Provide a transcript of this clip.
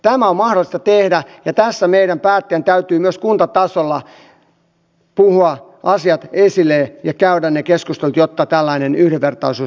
tämä on mahdollista tehdä ja tässä meidän päättäjien täytyy myös kuntatasolla puhua asiat esille ja käydä ne keskustelut jotta tällainen yhdenvertaisuus tapahtuu